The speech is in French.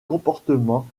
comportements